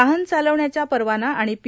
वाहन चालवण्याचा परवाना आणि पी